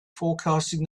forecasting